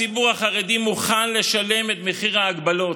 הציבור החרדי מוכן לשלם את מחיר ההגבלות.